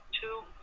two